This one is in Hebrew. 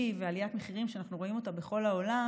ועליית מחירים שאנחנו רואים אותם בכל העולם.